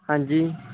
ਹਾਂਜੀ